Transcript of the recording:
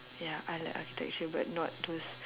ya I like architecture but not those